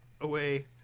away